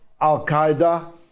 Al-Qaeda